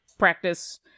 practice